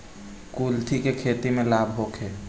कुलथी के खेती से लाभ होखे?